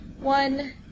One